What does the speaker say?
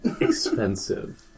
Expensive